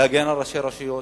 להגן על ראשי רשויות,